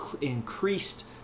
increased